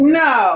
no